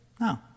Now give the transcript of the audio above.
No